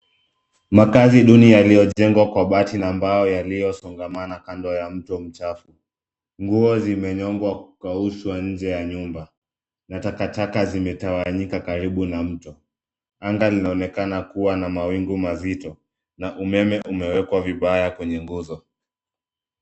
Makaazi duni yaliyojengwa kwa bati na mbao yaliyosongamana kando ya mto mchafu. Nguo zimenyongwa na kukaushwa nje ya nyumba na takataka zimetawanyika karibu na mto. Angaa linaonekana kuwa na mawingu mazito na umeme umewekwa vibaya kwenye nguzo.